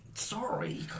Sorry